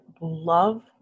love